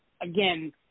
again